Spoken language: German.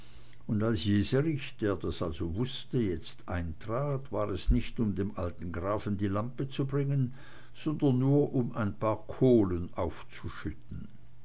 und als jeserich der das alles wußte jetzt eintrat war es nicht um dem alten grafen die lampe zu bringen sondern nur um ein paar kohlen aufzuschütten